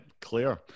Clear